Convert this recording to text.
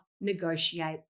negotiate